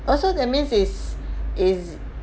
oh so that means is is